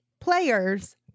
players